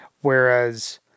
Whereas